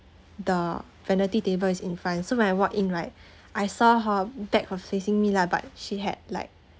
the vanity table is in front so when I walked in right I saw her back her facing me lah but she had like